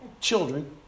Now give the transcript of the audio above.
children